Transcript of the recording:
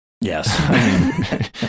yes